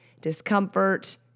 discomfort